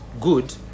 good